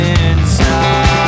inside